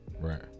right